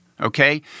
okay